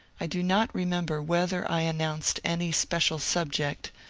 i do not re member whether i announced any special subject,